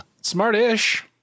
smart-ish